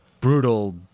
brutal